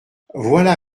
voilà